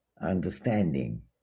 understanding